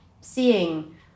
seeing